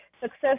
success